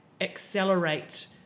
accelerate